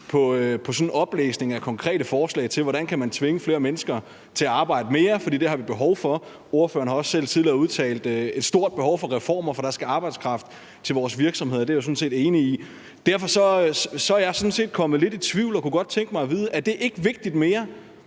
på en oplæsning af konkrete forslag til, hvordan man kan tvinge flere mennesker til at arbejde mere, fordi vi har behov for det. Ordføreren har også selv tidligere udtalt, at der er et stort behov for reformer, fordi der skal arbejdskraft til vores virksomheder, og det er jeg sådan set enig i. Derfor er jeg kommet lidt i tvivl, og jeg kunne godt tænke mig at vide: Er det ikke vigtigt mere,